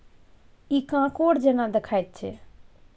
इ कॉकोड़ जेना देखाइत छै